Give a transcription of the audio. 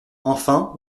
enfin